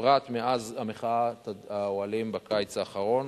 בפרט מאז מחאת האוהלים בקיץ האחרון,